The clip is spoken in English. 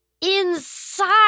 Inside